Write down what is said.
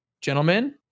gentlemen